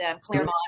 Claremont